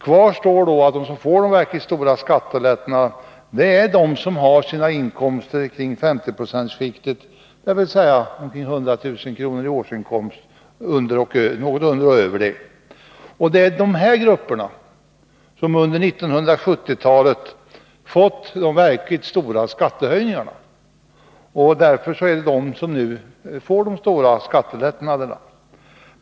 Kvar står då att de som får de verkligt stora skattelättnaderna är de som har sina inkomster kring 50 procentsskiktet, dvs. de som har något under eller något över 100 000 kr. i årsinkomst. Det är dessa grupper som under 1970-talet fått de verkligt stora skattehöjningarna. Därför är det de som nu får de stora skattelättnaderna.